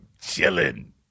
chilling